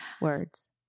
words